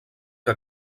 que